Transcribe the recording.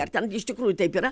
ar ten iš tikrųjų taip yra